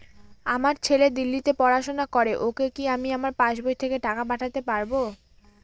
আমার ছেলে দিল্লীতে পড়াশোনা করে ওকে কি আমি আমার পাসবই থেকে টাকা পাঠাতে পারব?